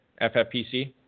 FFPC